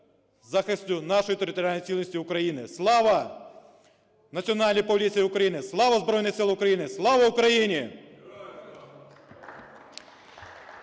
захисті нашої територіальної цілісності України Слава Національній поліції України! Слава Збройним Силам України! Слава Україні!